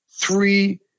three